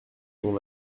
dont